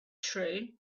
true